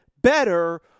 better